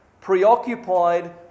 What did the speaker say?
preoccupied